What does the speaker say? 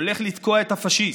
הולך לתקוע את הפשיסט.